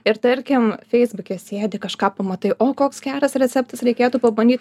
ir tarkim feisbuke sėdi kažką pamatai o koks geras receptas reikėtų pabandyt